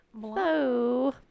Hello